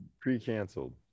pre-canceled